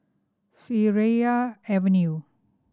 Seraya Avenue